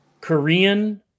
Korean